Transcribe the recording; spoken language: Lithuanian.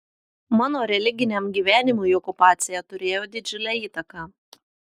mano religiniam gyvenimui okupacija turėjo didžiulę įtaką